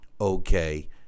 okay